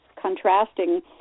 contrasting